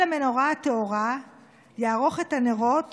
על המנרה הטהרה יערך את הנרות